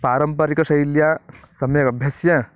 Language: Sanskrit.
पारम्परिकशैल्या सम्यगभ्यस्य